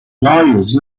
lawyers